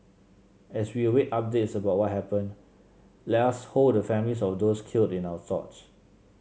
as we await updates about what happened let us hold the families of those killed in our thoughts